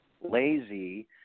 Lazy